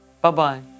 Bye-bye